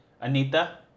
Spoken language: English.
Anita